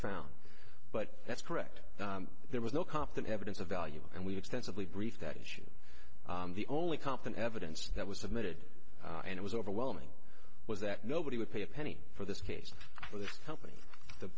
found but that's correct there was no compton evidence of value and we extensively brief that issue the only compton evidence that was admitted and it was overwhelming was that nobody would pay a penny for this case or this company the